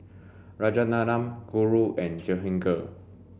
Rajaratnam Guru and Jehangirr